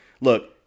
Look